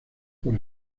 por